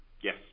Yes